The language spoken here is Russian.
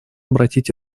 обратить